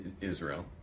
Israel